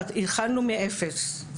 התחלנו מאפס,